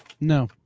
No